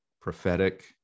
prophetic